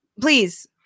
please